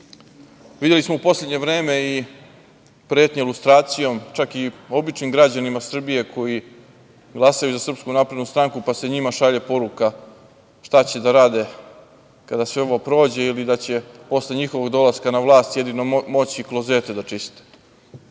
smo u poslednje vreme i pretnje lustracijom, čak i običnim građanima Srbije, koji glasaju za SNS, pa se njima šalje poruka, šta će da rade kada sve ovo prođe, ili da će posle njihovog dolaska na vlast, jedino moći klozete da čiste. To